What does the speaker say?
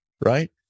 right